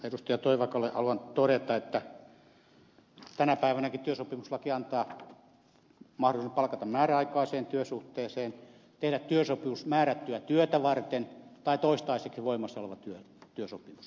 toivakalle haluan todeta että tänä päivänäkin työsopimuslaki antaa mahdollisuuden palkata määräaikaiseen työsuhteeseen tehdä työsopimuksen määrättyä työtä varten tai toistaiseksi voimassa olevan työsopimuksen